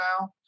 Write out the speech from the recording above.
now